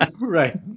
Right